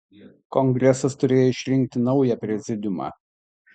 kongresas turėjo išrinkti naują prezidiumą